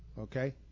okay